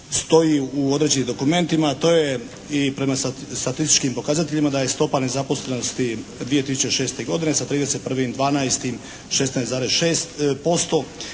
stoji u određenim dokumentima, a to je i prema statističkim pokazateljima da je stopa nezaposlenosti 2006. godine sa 31.12. 16,6%,